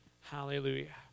Hallelujah